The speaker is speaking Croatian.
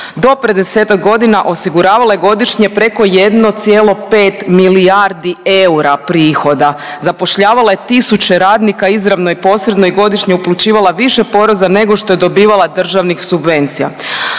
Do pred 10-ak godina osiguravala je godišnje preko 1,5 milijardi eura prihoda. Zapošljavala je tisuće radnika, izravno i posredno i godišnje uplaćivala više poreza nego što je dobivala državnih subvencija.